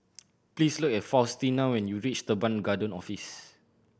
please look at Faustino when you reach Teban Garden Office